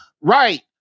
Right